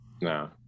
no